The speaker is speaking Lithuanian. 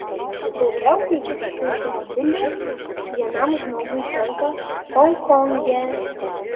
daugiausiai šių automobilių vienam žmogui tenka honkonge